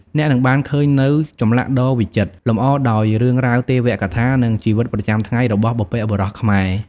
អ្នកនឹងបានឃើញនូវចម្លាក់ដ៏វិចិត្រ លម្អដោយរឿងរ៉ាវទេវកថា និងជីវិតប្រចាំថ្ងៃរបស់បុព្វបុរសខ្មែរ។